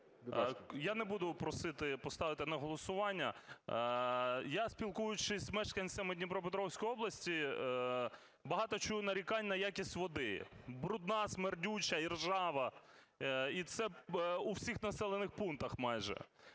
Я не буду просити поставити на голосування. Я, спілкуючись з мешканцями Дніпропетровської області, багато чую нарікань на якість води: брудна, смердюча, іржава і це у всіх населених пунктах майже.